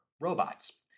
robots